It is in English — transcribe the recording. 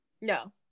no